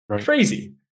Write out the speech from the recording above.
crazy